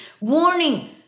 warning